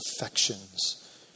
affections